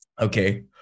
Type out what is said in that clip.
Okay